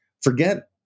forget